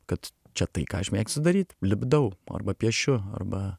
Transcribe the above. kad čia tai ką aš mėgstu daryt lipdau arba piešiu arba